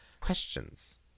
questions